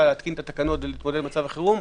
להתקין את התקנות ולהתמודד עם מצב החירום,